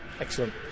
Excellent